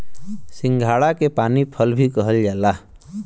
सिंघाड़ा के पानी फल भी कहल जाला